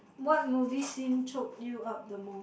what movie scene choke you up the most